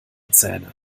zähne